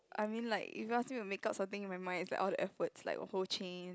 I mean like if you ask me to make up something in my mind is out of the F words like whole chain